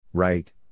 Right